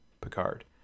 Picard